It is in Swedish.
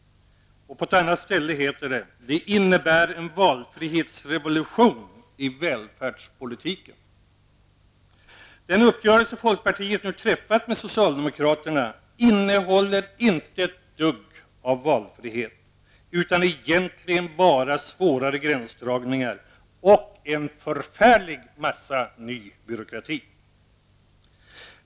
På ett annat ställe står det: Det innebär en valfrihetsrevolution i välfärdspolitiken. Den uppgörelse folkpartiet nu har träffat med socialdemokraterna innehåller inte ett dugg av valfrihet, utan egentligen bara svårare gränsdragningar och en förfärlig massa ny byråkrati.